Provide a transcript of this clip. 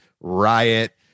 riot